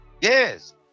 Yes